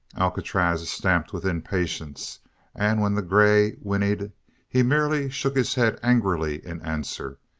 alcatraz stamped with impatience and when the grey whinnied he merely shook his head angrily in answer.